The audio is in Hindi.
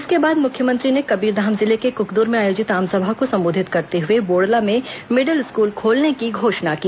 इसके बाद मुख्यमंत्री ने कबीरधाम जिले के कुकदुर में आयोजित आमसभा को संबोधित करते हुए बोड़ला में मिडिल स्कूल खोलने की घोषणा की